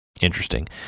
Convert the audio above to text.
interesting